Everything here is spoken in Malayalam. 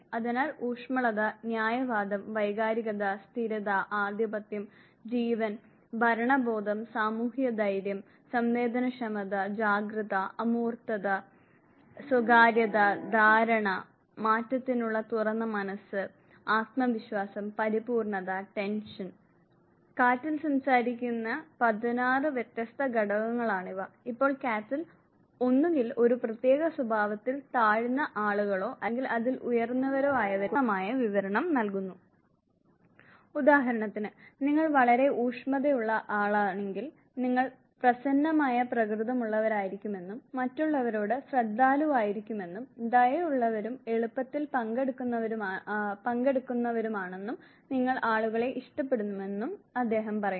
അതിനാൽ ഊഷ്മളത ന്യായവാദം വൈകാരികത സ്ഥിരത ആധിപത്യം ജീവൻ ഭരണ ബോധം സാമൂഹിക ധൈര്യം സംവേദനക്ഷമത ജാഗ്രത അമൂർത്തത സ്വകാര്യത ധാരണ മാറ്റത്തിനുള്ള തുറന്ന മനസ്സ് ആത്മവിശ്വാസം പരിപൂർണ്ണത ടെൻഷൻ കാറ്റൽ സംസാരിക്കുന്ന 16 വ്യത്യസ്ത ഘടകങ്ങളാണ് ഇവ ഇപ്പോൾ കാറ്റൽ ഒന്നുകിൽ ഒരു പ്രത്യേക സ്വഭാവത്തിൽ താഴ്ന്ന ആളുകളോ അല്ലെങ്കിൽ അതിൽ ഉയർന്നവരോ ആയവരെ കുറിച്ച് പൂർണ്ണമായ വിവരണം നൽകുന്നു ഉദാഹരണത്തിന് നിങ്ങൾ വളരെ ഊഷ്മളതയുള്ള ആളാണെങ്കിൽ നിങ്ങൾ പ്രസന്നമായ പ്രകൃതമുള്ളവരായിരിക്കുമെന്നും മറ്റുള്ളവരോട് ശ്രദ്ധാലുവായിരിക്കുമെന്നും ദയയുള്ളവരും എളുപ്പത്തിൽ പങ്കെടുക്കുന്നവരുമാണെന്നും നിങ്ങൾ ആളുകളെ ഇഷ്ടപ്പെടുമെന്നും അദ്ദേഹം പറയുന്നു